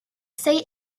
say